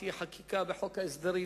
תהיה חקיקה בחוק ההסדרים.